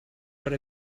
per